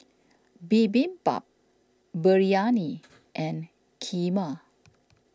Bibimbap Biryani and Kheema